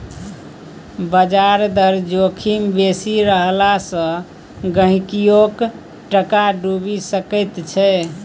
ब्याज दर जोखिम बेसी रहला सँ गहिंकीयोक टाका डुबि सकैत छै